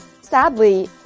Sadly